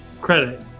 credit